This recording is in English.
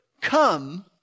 come